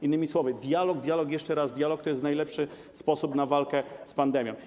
Innymi słowy: dialog, dialog i jeszcze raz dialog - to jest najlepszy sposób na walkę z pandemią.